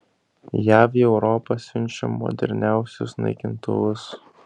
jav į europą siunčia moderniausius naikintuvus